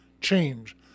change